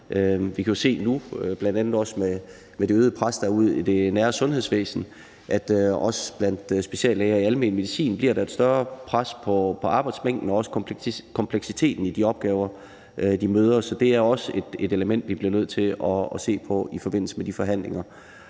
Vi kan jo se nu bl.a. med det øgede pres, der er ude i det nære sundhedsvæsen, at der også blandt speciallægerne i almen medicin bliver et større pres på grund af arbejdsmængden og kompleksiteten i de opgaver, de møder. Så det er også et element, vi bliver nødt til at se på i forbindelse med de forhandlinger.